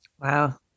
Wow